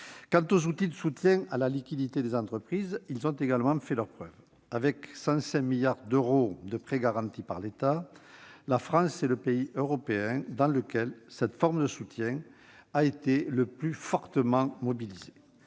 Quant aux outils de soutien à la liquidité des entreprises, ils ont également fait leurs preuves. Avec 105 milliards d'euros de prêts garantis par l'État, la France est le pays européen dans lequel cette forme de soutien a été la plus fortement mobilisée